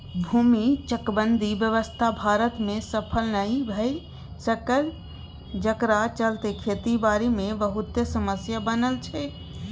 भूमि चकबंदी व्यवस्था भारत में सफल नइ भए सकलै जकरा चलते खेती बारी मे बहुते समस्या बनल छै